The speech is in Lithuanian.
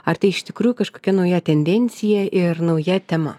ar tai iš tikrųjų kažkokia nauja tendencija ir nauja tema